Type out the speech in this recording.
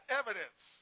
evidence